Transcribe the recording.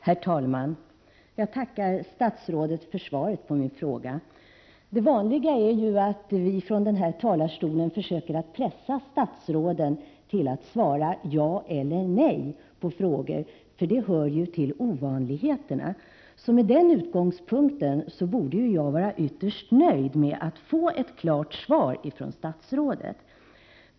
Herr talman! Jag tackar statsrådet för svaret på min fråga. Det vanliga är att vi från denna talarstol försöker pressa statsråden till att svara ja eller nej på frågor, för det hör ju till ovanligheterna. Med den utgångspunkten borde jag vara ytterst nöjd med att ha fått ett klart svar från statsrådet.